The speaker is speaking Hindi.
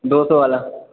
दो सौ वाला